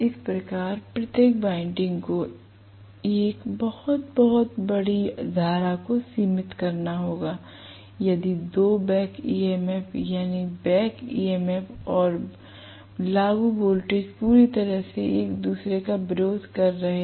इस प्रकार प्रत्येक वाइंडिंग को एक बहुत बहुत बड़ी धारा को सीमित करना होगा यदि दो बैक ईएमएफ यानी बैक ईएमएफ और लागू वोल्टेज पूरी तरह से एक दूसरे का विरोध कर रहे हैं